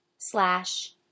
slash